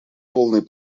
полной